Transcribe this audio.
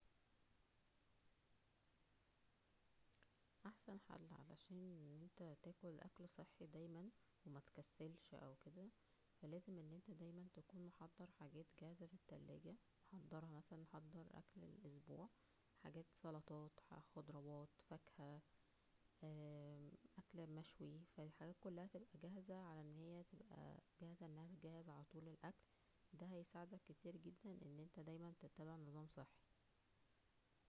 احسن حل عشان انت تاكل اكل صحى دايما ومتكسلش او كدا, فالازم ان انت دايما تكون محضر حاجات جاهزة فى تلاجة محضرها, مثلا حضر اكل للاسبوع حاجات سلاطات خضروات فاكهه اه اكل مشوى, فا الحاجات كلها تبقى جاهزة على ان هى جاهزة انها تتجهز على طول للاكل, دا هيساعدك كتير جدا انك دايما تتبع نظام صحى